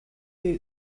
who